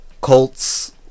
Colts